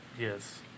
Yes